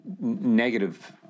negative